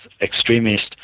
extremists